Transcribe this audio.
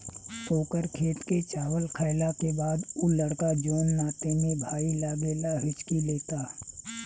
ओकर खेत के चावल खैला के बाद उ लड़का जोन नाते में भाई लागेला हिच्की लेता